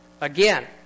again